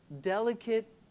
Delicate